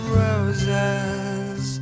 roses